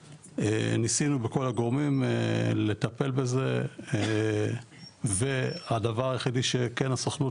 ניסינו בכל הגורמים לטפל בזה והדבר היחידי שכן הסוכנות,